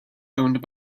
owned